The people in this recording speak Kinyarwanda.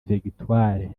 victoire